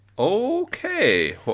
Okay